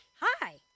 Hi